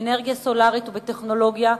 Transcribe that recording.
באנרגיה סולרית ובטכנולוגיה,